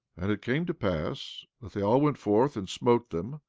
and it came to pass that they all went forth and smote them,